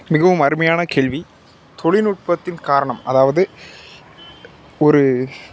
மிகவும் அருமையான கேள்வி தொழில்நுட்பத்தின் காரணம் அதாவது ஒரு